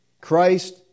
Christ